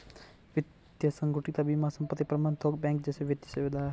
वित्तीय संगुटिका बीमा संपत्ति प्रबंध थोक बैंकिंग जैसे वित्तीय सेवा देती हैं